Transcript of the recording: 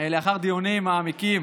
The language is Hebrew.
לאחר דיונים מעמיקים